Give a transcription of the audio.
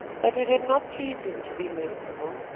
but it did not please him to be merciful,